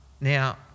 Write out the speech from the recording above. Now